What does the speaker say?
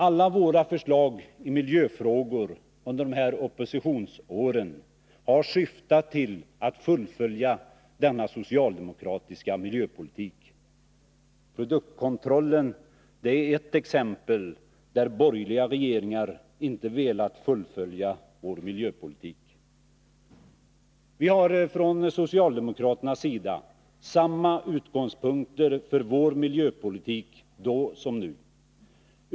Alla våra förslag i miljöfrågor under oppositionsåren har syftat till att fullfölja denna socialdemokratiska miljöpolitik. Produktkontrollen är ett exempel på att borgerliga regeringar inte velat fullfölja vår miljöpolitik. Vi har från socialdemokraternas sida nu samma utgångspunkter för vår miljöpolitik som då.